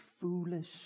foolish